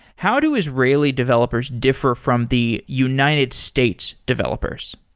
how do israeli developers differ from the united states developers?